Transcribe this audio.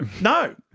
No